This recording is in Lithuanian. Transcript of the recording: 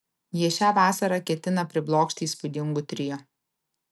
jie šią vasarą ketina priblokšti įspūdingu trio